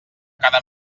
cada